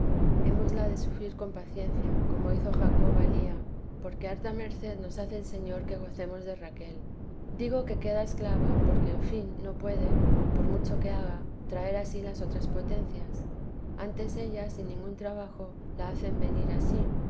queda hémosla de sufrir con paciencia como hizo jacob a lía porque harta merced nos hace el señor que gocemos de rachel digo que queda esclava porque en fin no puede por mucho que haga traer a sí las otras potencias antes ellas sin ningún trabajo la hacen venir a